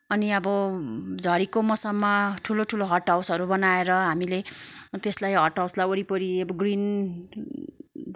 अनि अब झरीको मौसममा ठुलो ठुलो हट हाउसहरू बनाएर हामीले त्यसलाई हट हाउसलाई वरिपरि ग्रीन